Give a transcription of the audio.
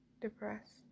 depressed